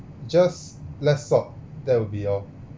just less salt that will be all